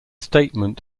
statement